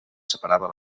separava